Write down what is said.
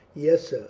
yes, sir.